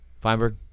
Feinberg